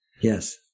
Yes